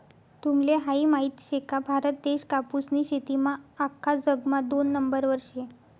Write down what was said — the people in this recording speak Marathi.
तुम्हले हायी माहित शे का, भारत देश कापूसनी शेतीमा आख्खा जगमा दोन नंबरवर शे